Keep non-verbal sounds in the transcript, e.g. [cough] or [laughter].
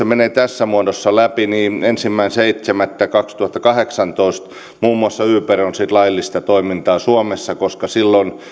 [unintelligible] menee tässä muodossa läpi ensimmäinen seitsemättä kaksituhattakahdeksantoista muun muassa uber on sitten laillista toimintaa suomessa koska silloin